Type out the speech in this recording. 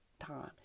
time